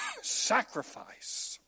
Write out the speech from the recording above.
sacrifice